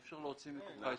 אי אפשר להוציא מתוכה היתרים.